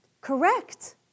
Correct